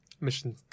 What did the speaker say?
Mission